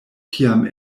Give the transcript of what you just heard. tiam